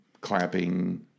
clapping